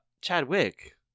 Chadwick